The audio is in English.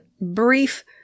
brief